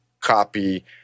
copy